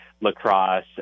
lacrosse